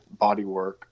bodywork